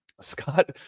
Scott